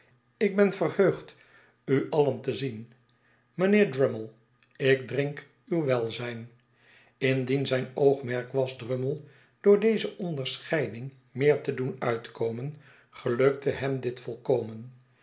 ik ben verheugd u alien te zien mijnheer drummle ik drink uw welzijn indien zijn oogmerk was drummle door deze onderscheiding meer te doen uitkomen gelukte hem dit volkomen